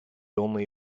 only